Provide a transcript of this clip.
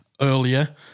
earlier